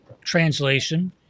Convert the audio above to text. translation